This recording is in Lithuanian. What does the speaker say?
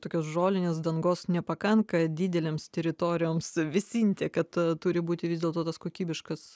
tokios žolinės dangos nepakanka didelėms teritorijoms vėsinti kad turi būti vis dėlto tas kokybiškas